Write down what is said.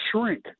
shrink